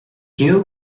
you